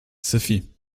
sophie